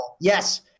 Yes